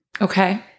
Okay